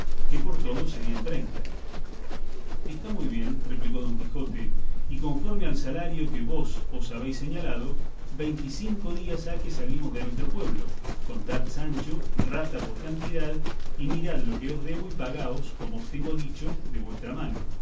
que por todos serían treinta está muy bien replicó don quijote y conforme al salario que vos os habéis señalado días ha que salimos de nuestro pueblo contad sancho rata por cantidad y mirad lo que os debo y pagaos como os tengo dicho de vuestra mano